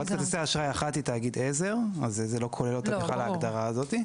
חברת כרטיסי אשראי אחת היא תאגיד עזר וזה לא כולל אותה בהגדרה הזאת.